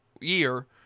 year